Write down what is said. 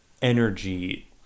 Energy